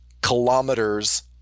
kilometers